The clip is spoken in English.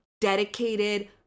dedicated